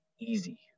easy